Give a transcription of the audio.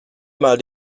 mal